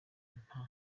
nta